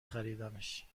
خریدمش